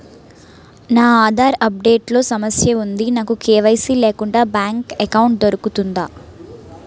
నా Aadhaar update లో సమస్య వుంది నాకు కే.వై.సీ లేకుండా బ్యాంక్ ఎకౌంట్దొ రుకుతుందా?